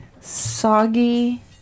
soggy